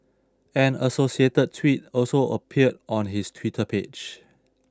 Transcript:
an associated tweet also appeared on his Twitter page